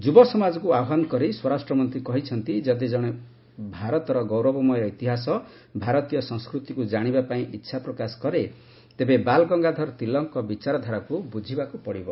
ଯୁବସମାଜକୁ ଆହ୍ୱାନ କରି ସ୍ୱରାଷ୍ଟ୍ରମନ୍ତ୍ରୀ କହିଛନ୍ତି ଯଦି କଣେ ଭାରତର ଗୌରବମୟ କ୍ରତିହାସ ଭାରତୀୟ ସଂସ୍କୃତିକୁ କାଣିବା ପାଇଁ ଇଚ୍ଛାପ୍ରକାଶ କରେ ତେବେ ବାଲ୍ ଗଙ୍ଗାଧର ତିଲକଙ୍କ ବିଚାରାଧାରାକୁ ବୁଝିବାକୁ ପଡ଼ିବ